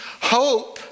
Hope